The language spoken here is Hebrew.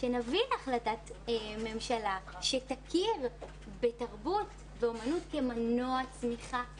שנביא החלטת ממשלה שתכיר בתרבות ואומנות כמנוע צמיחה כלכלי.